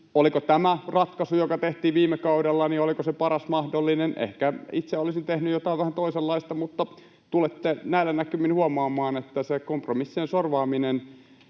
Oliko tämä ratkaisu, joka tehtiin viime kaudella, se paras mahdollinen? Ehkä itse olisin tehnyt jotain vähän toisenlaista, mutta tulette näillä näkymin huomaamaan, että se kompromissien sorvaaminen